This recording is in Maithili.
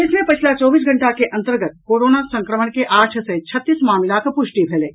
प्रदेश मे पछिला चौबीस घंटा के अंतर्गत कोरोना संक्रमण के आठ सय छत्तीस मामिलाक पुष्टि भेल अछि